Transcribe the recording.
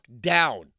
down